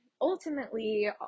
ultimately